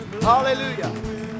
Hallelujah